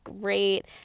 great